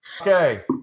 Okay